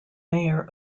mayor